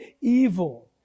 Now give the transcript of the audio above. evil